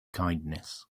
kindness